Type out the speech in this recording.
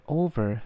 over